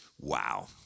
Wow